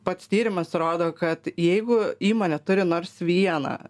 pats tyrimas rodo kad jeigu įmonė turi nors vieną